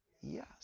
Yes